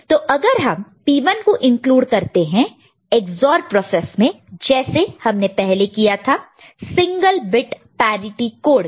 तो अगर हम P1 को इंक्लूड करते हैं EX OR प्रोसेस में जैसे हमने पहले किया था सिंगल बिट पैरिटि कोड में